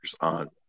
on